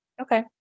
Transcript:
Okay